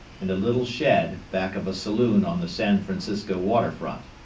in a little shed back of a saloon on the san francisco water front.